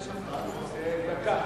דקה.